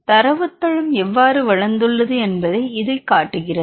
தரவுத் தளம் எவ்வாறு வளர்ந்துள்ளது என்பதை இது காட்டுகிறது